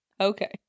Okay